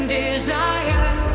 desire